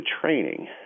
training